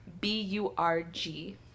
B-U-R-G